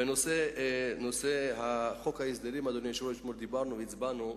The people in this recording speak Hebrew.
בנושא חוק ההסדרים, שעליו דיברנו אתמול והצבענו,